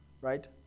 right